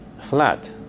flat